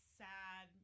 sad